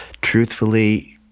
truthfully